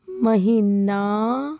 ਮਹੀਨਾ